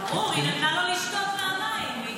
ברור, היא נתנה לו לשתות מהמים.